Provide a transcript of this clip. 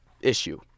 issue